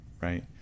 Right